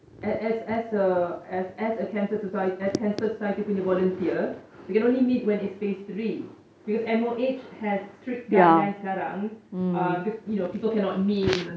as as as a as a cancer as cancer society punya volunteer we can only meet when it's phase three because M_O_H has strict guidelines sekarang uh because people you know cannot meet